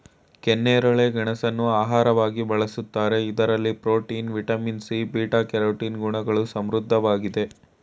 ಕೆನ್ನೇರಳೆ ಗೆಣಸನ್ನು ಆಹಾರವಾಗಿ ಬಳ್ಸತ್ತರೆ ಇದರಲ್ಲಿ protein, vitamin C, beta carotene ಗುಣಗಳು ಸಮೃದ್ಧವಾಗಿದೆ